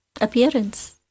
appearance